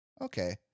Okay